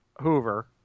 Hoover